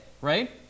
right